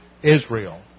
Israel